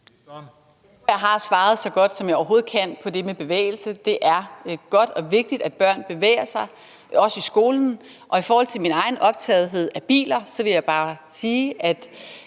jeg har svaret så godt, som jeg overhovedet kan, på det med bevægelse. Det er godt og vigtigt, at børn bevæger sig, også i skolen. Hvad angår min egen optagethed af biler, vil jeg bare sige, at